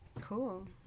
Cool